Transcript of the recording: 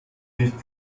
nicht